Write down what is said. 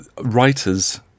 writers